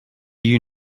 you